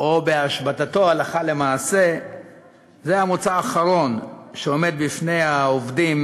או השבתתו הלכה למעשה זה המוצא האחרון שעומד בפני העובדים